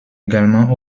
également